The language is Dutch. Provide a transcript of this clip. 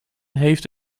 heeft